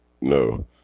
No